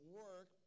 work